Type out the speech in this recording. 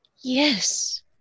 Yes